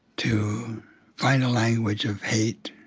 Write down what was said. to find a language of hate,